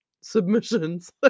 submissions